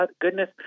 goodness